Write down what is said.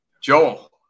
Joel